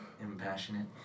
impassionate